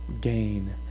gain